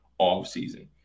offseason